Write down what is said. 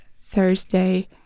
Thursday